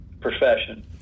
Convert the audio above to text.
profession